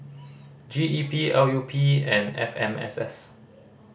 G E P L U P and F M S S